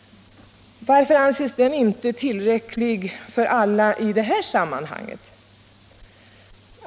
Varför anses den inte tillräcklig för alla i detta sammanhang?